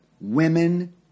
women